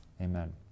Amen